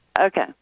okay